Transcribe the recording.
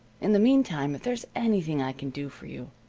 in the meantime, if there's anything i can do for you,